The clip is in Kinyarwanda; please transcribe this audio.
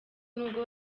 nubwo